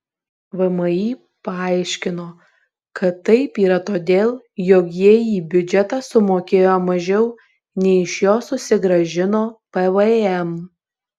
vmi paaiškino kad taip yra todėl jog jie į biudžetą sumokėjo mažiau nei iš jo susigrąžino pvm